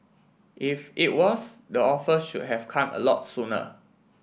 if it was the offer should have come a lot sooner